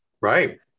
Right